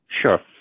Sure